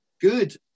Good